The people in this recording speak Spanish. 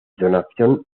donación